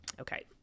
okay